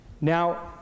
Now